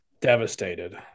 Devastated